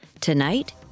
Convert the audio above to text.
Tonight